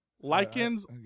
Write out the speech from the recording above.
lichens